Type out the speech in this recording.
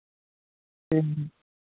ᱦᱮᱸ